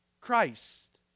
Christ